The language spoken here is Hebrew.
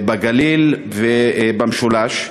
בגליל ובמשולש.